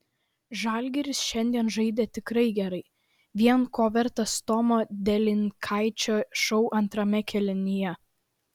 žalgiris šiandien žaidė tikrai gerai vien ko vertas tomo delininkaičio šou antrame kėlinyje